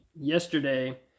yesterday